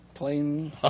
Plain